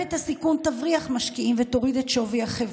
פרמיית הסיכון תבריח משקיעים ותוריד את שווי החברות.